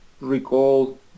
recall